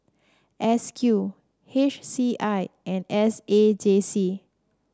S Q H C I and S A J C